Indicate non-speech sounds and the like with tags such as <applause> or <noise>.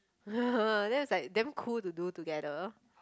<laughs> then was like damn cool to do together